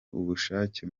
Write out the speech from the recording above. ubushake